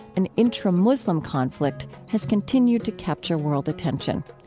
an inter-muslim conflict, has continued to capture world attention.